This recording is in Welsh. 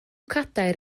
cadair